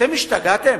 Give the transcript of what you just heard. אתם השתגעתם,